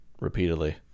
repeatedly